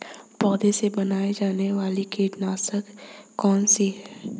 पौधों से बनाई जाने वाली कीटनाशक कौन सी है?